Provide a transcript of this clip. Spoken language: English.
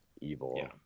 evil